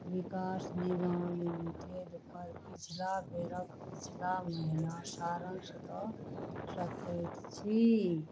विकास Nigam limited पर पिछला बेरक पिछला महिना सारंश दऽ सकैत छी